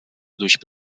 durch